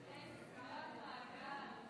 תודה רבה.